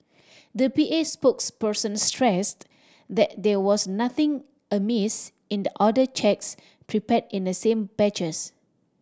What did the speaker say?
the P A spokesperson stressed that there was nothing amiss in the other cheques prepared in the same batches